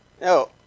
No